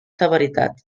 severitat